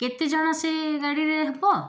କେତେଜଣ ସେ ଗାଡ଼ିରେ ହେବ